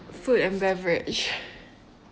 food and beverage